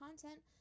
content